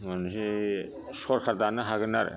मोनसे सरकार दानो हागोन आरो